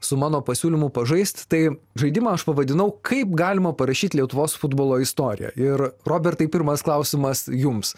su mano pasiūlymu pažaist tai žaidimą aš pavadinau kaip galima parašyt lietuvos futbolo istoriją ir robertai pirmas klausimas jums